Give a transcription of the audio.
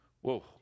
Whoa